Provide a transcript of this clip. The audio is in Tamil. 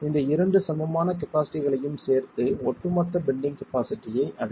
இந்த இரண்டு சமமான கபாஸிட்டிகளையும் சேர்த்து ஒட்டுமொத்த பெண்டிங் கப்பாசிட்டியை அடையும்